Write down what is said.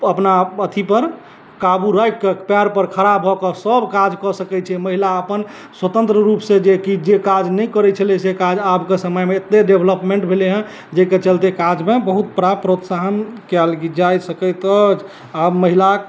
अपना अथी पर काबू राखि कऽ पएर पर खड़ा भऽ कऽ सब काज कऽ सकैत छै महिला अपन स्वतन्त्र रूप से जे कि जे काज नहि करै छलै से काज आब कऽ समयमे एते डेवलपमेन्ट भेलै हँ जाहिके चलते काजमे बहुत प्रकारक प्रोत्साहन कयल जा सकैत अछि आब महिला